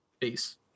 Peace